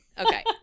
Okay